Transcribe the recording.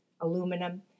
aluminum